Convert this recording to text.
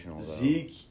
Zeke